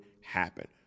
happen